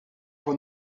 for